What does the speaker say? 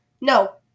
no